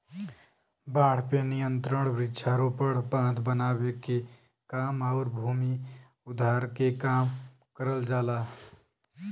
बाढ़ पे नियंत्रण वृक्षारोपण, बांध बनावे के काम आउर भूमि उद्धार के काम करल जाला